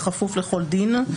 בכפוף לכל דין,